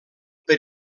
per